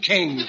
King